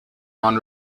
non